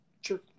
Sure